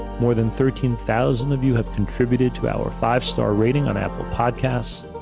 more than thirteen thousand of you have contributed to our five star rating on apple podcasts,